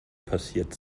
passiert